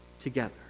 together